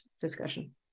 discussion